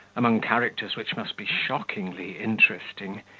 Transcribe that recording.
among characters which must be shockingly interesting,